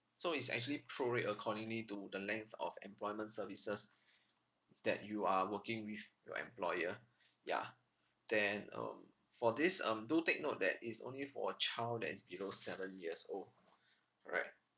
so it's actually prorate accordingly to the length of employment services that you are working with your employer ya then um for this um do take note that it's only for a child that is below seven years old alright